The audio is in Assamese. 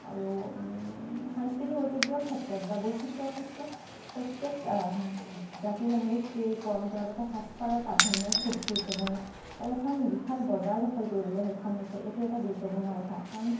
আৰু সাংস্কৃতিক ঐতিহ্যৰ ক্ষেত্ৰত বা বৈচিত্ৰৰ ক্ষেত্ৰত প্ৰত্যেক জাতি জনগোষ্ঠীৰ পৰম্পৰাগত সাজপাৰৰ প্ৰাধান্যই খুব গুৰুত্বপূৰ্ণ আৰু এখন বিশাল বজাৰ দখল কৰিবলৈ সক্ষম হৈছে এইটো এটা গুৰুত্বপূৰ্ণ কথা কাৰণ